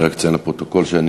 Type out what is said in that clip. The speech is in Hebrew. אני רק אציין לפרוטוקול שאני